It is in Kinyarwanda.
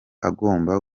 agomba